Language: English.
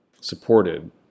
supported